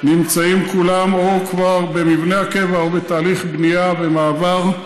נמצאים כולם או כבר במבנה הקבע או בתהליך בנייה ומעבר.